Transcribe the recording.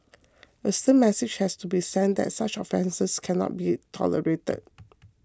a stern message has to be sent that such offences can not be tolerated